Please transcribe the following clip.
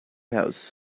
house